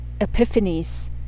epiphanies